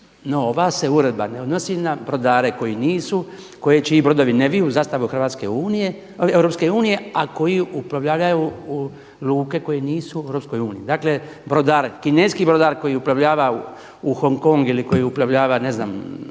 no ova se Uredba ne odnosi na brodare koji nisu, čiji brodovi ne viju zastavu Europske unije a koji uplovljavaju u luke koje nisu u Europskoj uniji. Dakle, kineski brodar koji uplovljava u Hong Kong ili koji uplovljava u New